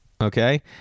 Okay